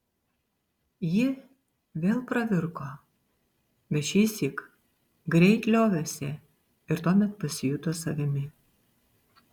ji vėl pravirko bet šįsyk greit liovėsi ir tuomet pasijuto savimi